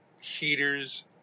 heaters